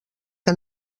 que